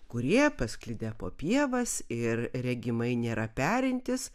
kurie pasklidę po pievas ir regimai nėra perintys